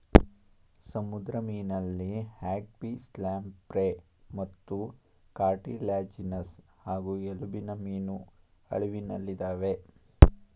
ಸಮುದ್ರ ಮೀನಲ್ಲಿ ಹ್ಯಾಗ್ಫಿಶ್ಲ್ಯಾಂಪ್ರೇಮತ್ತುಕಾರ್ಟಿಲ್ಯಾಜಿನಸ್ ಹಾಗೂ ಎಲುಬಿನಮೀನು ಅಳಿವಿನಲ್ಲಿದಾವೆ